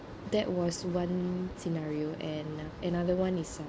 that was one scenario and another [one] is uh